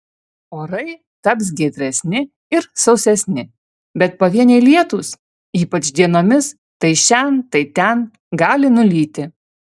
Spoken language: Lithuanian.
orai taps giedresni ir sausesni bet pavieniai lietūs ypač dienomis tai šen tai ten gali nulyti